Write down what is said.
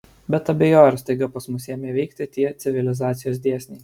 bet abejoju ar staiga pas mus ėmė veikti tie civilizacijos dėsniai